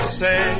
say